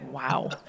Wow